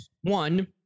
One